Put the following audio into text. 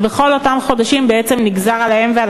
ובכל אותם חודשים בעצם נגזר על האם ועל